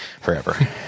forever